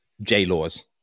J-Law's